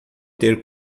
ter